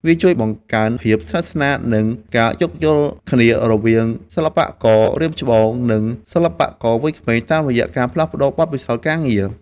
វាជួយបង្កើនភាពជិតស្និទ្ធ និងការយោគយល់គ្នារវាងសិល្បកររាមច្បង និងសិល្បករវ័យក្មេង តាមរយៈការផ្លាស់ប្តូរបទពិសោធន៍ការងារ។